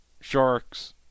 sharks